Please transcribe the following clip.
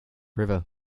river